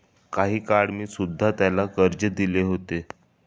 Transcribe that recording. काही काळ मी सुध्धा त्याला कर्ज दिले होते